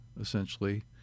essentially